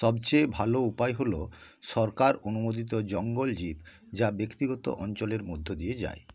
সবচেয়ে ভালো উপায় হলো সরকার অনুমোদিত জঙ্গল জীপ যা ব্যক্তিগত অঞ্চলের মধ্য দিয়ে যায়